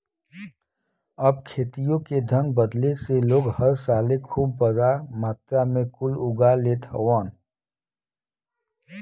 अब खेतियों के ढंग बदले से लोग हर साले खूब बड़ा मात्रा मे कुल उगा लेत हउवन